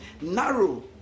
narrow